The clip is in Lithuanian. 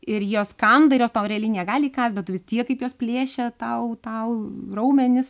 ir jos kanda ir jos tau realiai negali įkąst bet tu vis tiek kaip jos plėšia tau tau raumenis